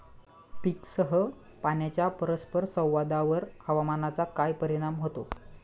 पीकसह पाण्याच्या परस्पर संवादावर हवामानाचा काय परिणाम होतो?